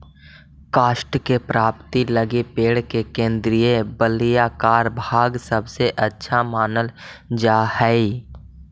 काष्ठ के प्राप्ति लगी पेड़ के केन्द्रीय वलयाकार भाग सबसे अच्छा मानल जा हई